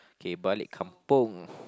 okay balik kampung